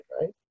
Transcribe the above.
right